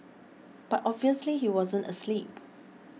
but obviously he wasn't asleep